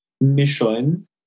mission